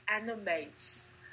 animates